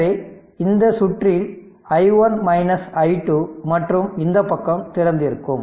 எனவே இந்த சுற்றில் i1 i2 மற்றும் இந்த பக்கம் திறந்திருக்கும்